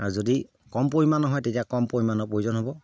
আৰু যদি কম পৰিমাণৰ হয় তেতিয়া কম পৰিমাণৰ প্ৰয়োজন হ'ব